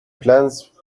plans